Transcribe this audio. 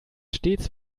stets